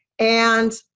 and